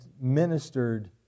ministered